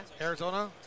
Arizona